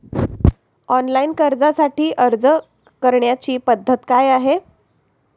Online कर्जासाठी अर्ज करण्याची पद्धत काय आहे?